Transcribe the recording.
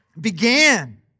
began